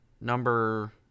number